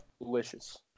Delicious